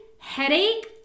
headache